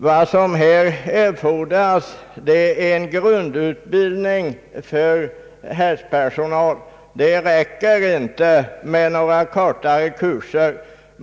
Vad som erfordras är en grundutbildning för hästpersonal. Det räcker inte med några kortare kurser.